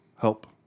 help